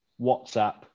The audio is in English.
WhatsApp